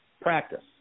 practice